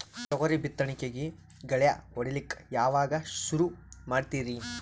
ತೊಗರಿ ಬಿತ್ತಣಿಕಿಗಿ ಗಳ್ಯಾ ಹೋಡಿಲಕ್ಕ ಯಾವಾಗ ಸುರು ಮಾಡತೀರಿ?